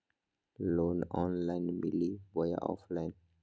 Loan online मिली बोया offline?